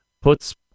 puts